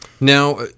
Now